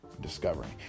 discovering